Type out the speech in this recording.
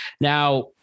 Now